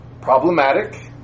problematic